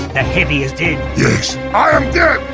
and heavy is ded! i am dead!